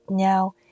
Now